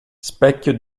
specchio